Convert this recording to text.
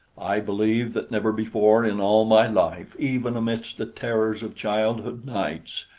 i believe that never before in all my life, even amidst the terrors of childhood nights,